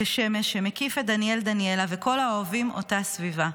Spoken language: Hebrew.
כשמש שמקיף את דניאל דניאלה וכל האוהבים אותה סביבה.